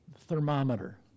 thermometer